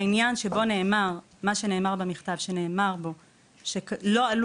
העניין של מה שנאמר במכתב שצוין בו שלא עלו